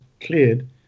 cleared